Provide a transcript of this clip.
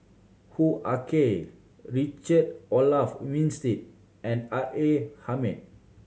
Hoo Ah Kay Richard Olaf Winstedt and R A Hamid